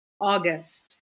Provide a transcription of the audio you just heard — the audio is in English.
August